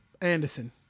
Anderson